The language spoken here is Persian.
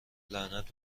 لعنت